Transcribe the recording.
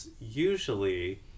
usually